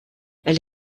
elle